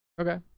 Okay